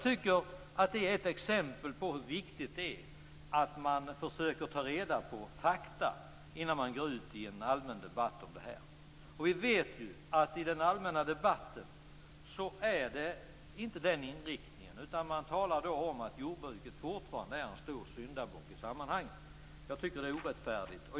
Detta är ett exempel på hur viktigt det är att man tar reda på fakta innan man går ut i en allmän debatt. Den allmänna debatten har inte den inriktningen, utan man talar om att jordbruket fortfarande är en stor syndabock i sammanhanget. Jag tycker att detta är orättfärdigt.